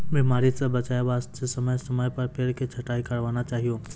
बीमारी स बचाय वास्तॅ समय समय पर पेड़ के छंटाई करवाना चाहियो